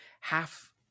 half